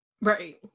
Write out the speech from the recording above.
Right